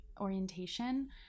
orientation